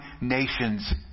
nations